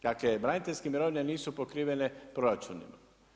Dakle braniteljske mirovine nisu pokrivene proračunima.